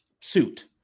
suit